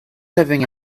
serving